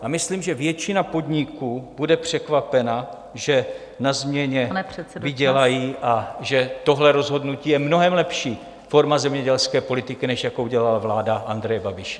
A myslím, že většina podniků bude překvapena, že na změně vydělají, a že tohle rozhodnutí je mnohem lepší forma zemědělské politiky, než jakou dělala vláda Andreje Babiše.